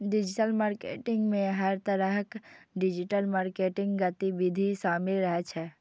digital marketing मे हर तरहक डिजिटल मार्केटिंग गतिविधि शामिल रहै छै